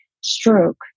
stroke